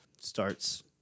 starts